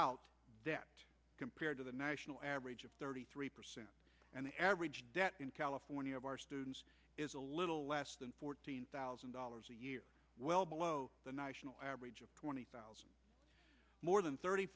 debt compared to the national average of thirty three percent and the average debt in california of our students is a little less than fourteen thousand dollars a year well below the national average of twenty more than thirty